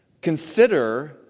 consider